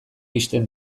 ixten